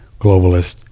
globalist